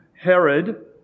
Herod